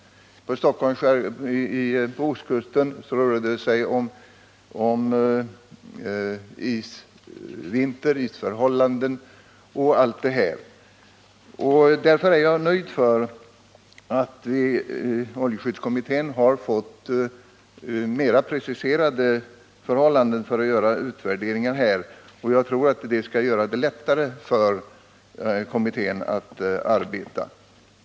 På ostkusten rörde det sig om vinterförhållanden med drivis osv. Jag är mot denna bakgrund glad över att oljeskyddskommittén har fått mera preciserade direktiv för sina utvärderingar. Jag tror att det kommer att underlätta kommitténs arbete.